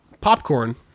popcorn